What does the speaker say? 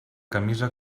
camisa